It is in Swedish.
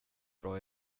bra